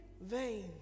vain